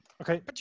Okay